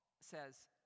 says